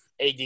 AD